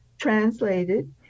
translated